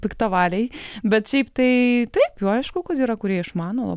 piktavaliai bet šiaip tai taip jau aišku kad yra kurie išmano